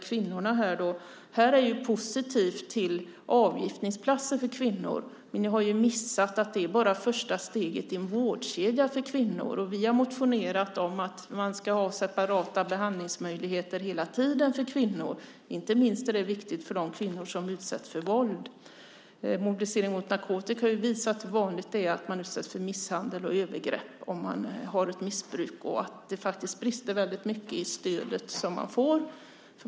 Sedan är det ju positivt med avgiftningsplatser för kvinnor, men ni har missat att detta bara är första steget i en vårdkedja för kvinnor. Vi har motionerat om att man ska ha separata behandlingsmöjligheter hela tiden för kvinnor. Inte minst är det viktigt för de kvinnor som utsätts för våld. Mobilisering mot narkotika har ju visat hur vanligt det är att man utsätts för misshandel och övergrepp om man har ett missbruk och att det brister väldigt mycket i det stöd man får.